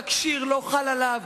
התקשי"ר לא חל עליו.